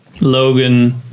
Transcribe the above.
Logan